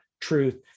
truth